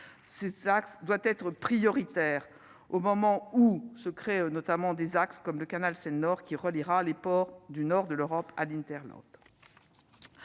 taxe doit être prioritaire au moment où se crée notamment des axes comme le canal Seine Nord qui reliera les ports du nord de l'Europe à l'internaute.